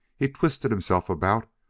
he twisted himself about,